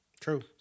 True